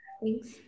Thanks